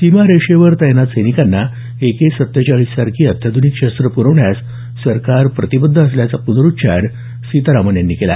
सीमारेषेवर तैनात सैनिकांना एके सत्तेचाळीस सारखी अत्याधुनिक शस्त्रं पुरवण्यास सरकार प्रतिबद्ध असल्याचा पुनरुच्चार सीतारामन यांनी केला